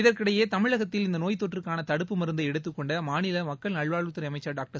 இதற்கிடையே தமிழகத்தில் இந்த நோய்த்தொற்றுக்கான தடுப்பு மருந்தை எடுத்துக்கொண்ட மாநில மக்கள் நல்வாழ்வுத்துறை அமைச்சா் டாக்டர்